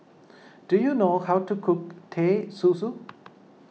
do you know how to cook Teh Susu